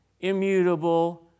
immutable